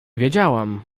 wiedziałam